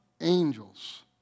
angels